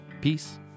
peace